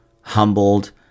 humbled